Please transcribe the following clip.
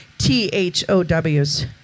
T-H-O-W's